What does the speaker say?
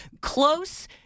Close